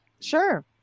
Sure